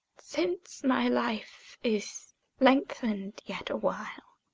since my life is lengthen'd yet a while,